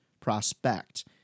prospect